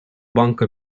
banka